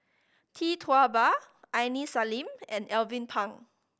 Tee Tua Ba Aini Salim and Alvin Pang